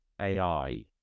AI